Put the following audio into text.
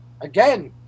again